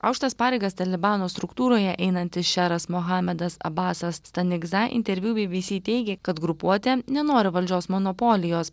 aukštas pareigas talibano struktūroje einantis šeras mohamedas abasas stanigza interviu bybysy teigė kad grupuotė nenori valdžios monopolijos